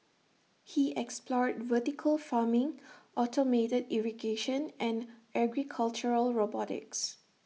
he explored vertical farming automated irrigation and agricultural robotics